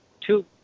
two